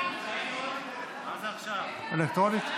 אלקטרונית?